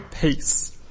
peace